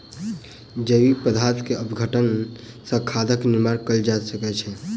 जैविक पदार्थ के अपघटन सॅ खादक निर्माण कयल जा सकै छै